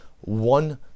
one